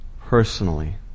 personally